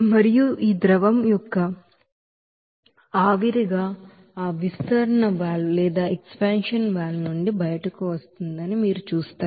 మరియు ఈ ద్రవం ఒక ద్రవం మరియు ఆవిరిగా ఆ విస్తరణ వాల్వ్ నుండి బయటకు వస్తుందని మీరు చూస్తారు